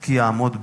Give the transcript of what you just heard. כי יעמוד בראשה",